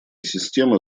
система